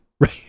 Right